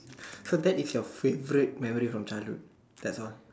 so that is your favourite memories from childhood that's all